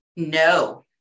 No